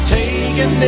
taken